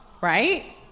Right